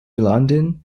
london